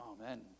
Amen